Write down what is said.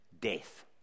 death